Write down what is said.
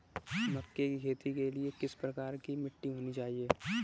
मक्के की खेती के लिए किस प्रकार की मिट्टी होनी चाहिए?